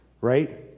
right